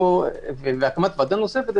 והקמת ועדה נוספת,